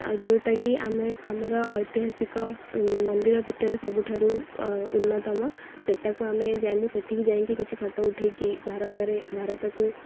ଆଉ ଯେଉଁଟା କି ଆମେ ଆମର ଐତିହାସିକ ମନ୍ଦିର ଭିତରେ ସବୁଠାରୁ ଉନ୍ନତମ ସେଟାକୁ ଆମେ ଯାଇ ମୁଁ ସେଠିକି ଯାଇକି କିଛି ଫଟୋ ଉଠାଇକି ଭାରତରେ ଭାରତକୁ